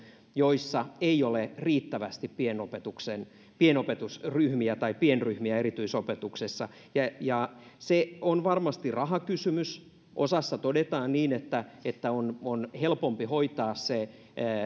joissa ei ole riittävästi pienopetusryhmiä tai pienryhmiä erityisopetuksessa se on varmasti rahakysymys ja osassa todetaan niin että että on on helpompi hoitaa se